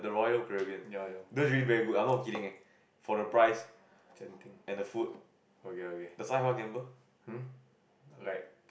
ya lor ya lor Genting okay okay hm like